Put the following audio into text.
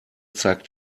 zeigt